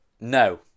No